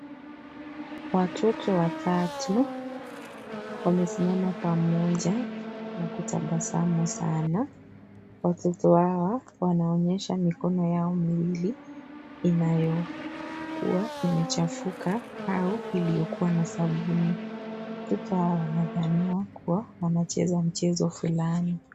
Watoto watatu, wamesimama pamoja na kutabasamu saana . wazazi wa hawa wanaonyesha mikono yao miwili inayokuwa imechafuka su iliyokuwa na sabuni. watoto hao unadhania kuwa wanacheza mchezo fulani .